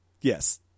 Yes